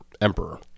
emperor